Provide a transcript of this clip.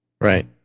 right